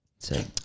say